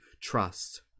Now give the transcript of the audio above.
trust